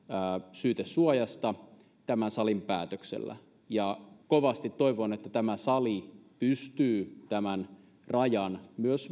syytesuojasta tämän salin päätöksellä kovasti toivon että tämä sali pystyisi tämän rajan myös